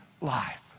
life